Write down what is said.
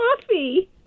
coffee